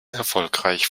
erfolgreich